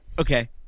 Okay